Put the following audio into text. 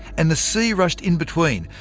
and the sea rushed in between,